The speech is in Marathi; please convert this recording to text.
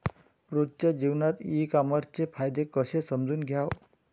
रोजच्या जीवनात ई कामर्सचे फायदे कसे समजून घ्याव?